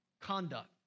conduct